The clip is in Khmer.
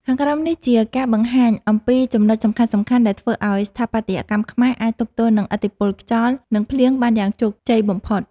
ខាងក្រោមនេះជាការបង្ហាញអំពីចំណុចសំខាន់ៗដែលធ្វើឱ្យស្ថាបត្យកម្មខ្មែរអាចទប់ទល់នឹងឥទ្ធិពលខ្យល់ និងភ្លៀងបានយ៉ាងជោគជ័យបំផុត។